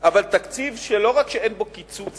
אבל תקציב שלא רק שאין בו קיצוץ,